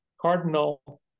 cardinal